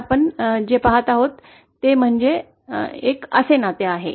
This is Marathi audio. पण आपण जे पहात आहोत ते म्हणजे असे एक नाते आहे